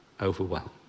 overwhelmed